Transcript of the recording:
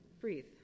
Breathe